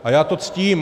A já to ctím.